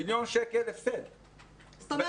מיליון שקל הפסד בהכנסות.